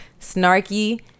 snarky